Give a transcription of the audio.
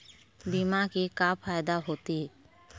बीमा के का फायदा होते?